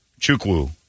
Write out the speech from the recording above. Chukwu